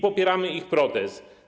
Popieramy ich protest.